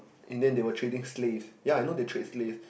in the end they were trading slaves ya I know they trade slaves